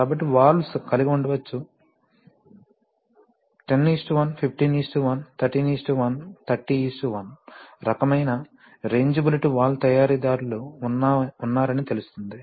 కాబట్టి వాల్వ్స్ కలిగి ఉండవచ్చు 10 1 15 1 13 1 30 1 రకమైన రేంజిబిలిటీ వాల్వ్ తయారీదారులు ఉన్నారని తెలుస్తుంది